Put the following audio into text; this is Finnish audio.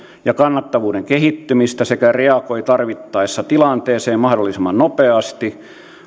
ja kannattavuuden kehittymistä sekä reagoi tarvittaessa tilanteeseen mahdollisimman nopeasti